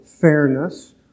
fairness